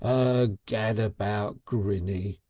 a gad-about grinny.